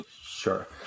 Sure